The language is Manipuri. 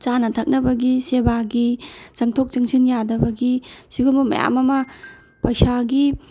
ꯆꯥꯅ ꯊꯛꯅꯕꯒꯤ ꯁꯦꯕꯒꯤ ꯆꯪꯊꯣꯛ ꯆꯪꯁꯤꯟ ꯌꯥꯗꯕꯒꯤ ꯁꯤꯒꯨꯝꯕ ꯃꯌꯥꯝ ꯑꯃ ꯄꯩꯁꯥꯒꯤ